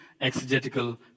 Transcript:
exegetical